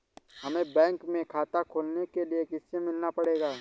हमे बैंक में खाता खोलने के लिए किससे मिलना पड़ेगा?